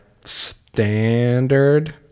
standard